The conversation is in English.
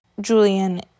julian